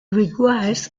requires